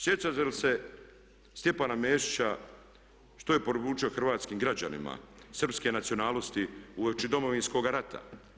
Sjećate li se Stjepana Mesića što je poručio hrvatskim građanima srpske nacionalnosti uoči Domovinskoga rada?